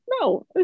no